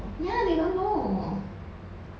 ya they don't know